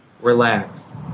relax